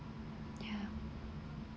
ya